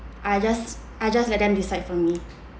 I just I just let them decide for me